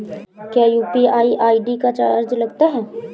क्या UPI ID का charge लगता है?